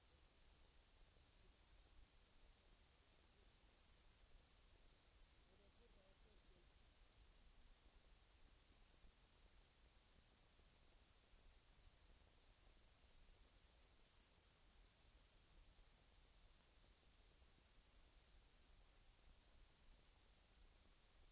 Det vore också angeläget för tilltron till regeringens folkrörelsearbete om kommunministern ville ta avstånd från de negativa åsikter i folkrörelsefrågan som så sent som för ett år sedan framkom från flera av regeringskollegerna.